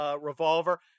revolver